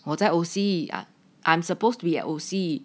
我在 O_C ah I'm supposed to be at O_C